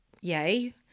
yay